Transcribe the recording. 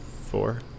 four